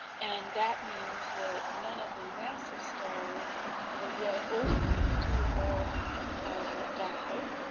and that means that none of the massive stars are yet old enough to have died.